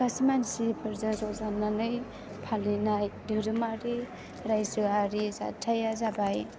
गासै मानसि ज' जानानै फालिनाय दोहोरोमारि रायजोआरि जाथाया जाबाय